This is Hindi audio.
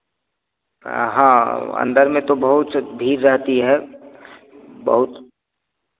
हाँ अंदर में तो बहुत भीड़ रहती है बहुत